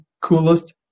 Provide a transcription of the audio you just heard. coolest